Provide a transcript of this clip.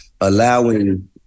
allowing